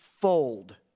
fold